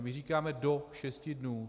My říkáme do šesti dnů.